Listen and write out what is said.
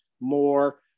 more